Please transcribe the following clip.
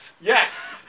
Yes